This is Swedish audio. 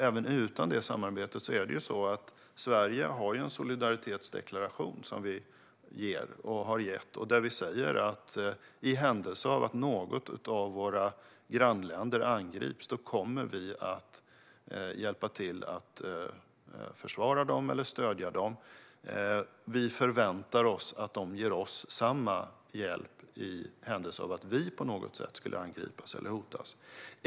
Även utan det samarbetet har Sverige uttalat en solidaritetsdeklaration där det framgår att i händelse av att något av våra grannländer angrips kommer vi att hjälpa till att försvara dem eller stödja dem. Vi förväntar oss att de ger oss samma hjälp i händelse av att Sverige på något sätt skulle angripas eller hotas.